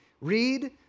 Read